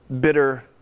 bitter